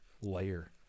layer